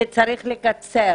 שצריך לקצר